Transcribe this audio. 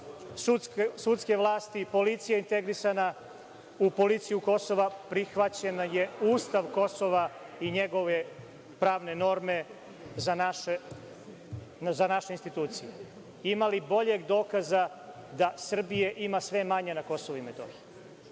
sudske vlasti, policija je integrisana u policiju Kosova, prihvaćen je ustav Kosova i njegove pravne norme za naše institucije. Ima li boljeg dokaza da Srbije ima sve manje na KiM?